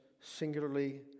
singularly